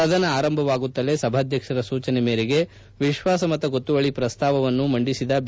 ಸದನ ಆರಂಭವಾಗುತ್ತಲೇ ಸಭಾಧ್ಯಕ್ಷರ ಸೂಚನೆಯ ಮೇರೆಗೆ ವಿಶ್ವಾಸ ಮತಗೊತ್ತುವಳಿ ಪ್ರಸ್ತಾವವನ್ನು ಮಂಡಿಸಿದ ಬಿ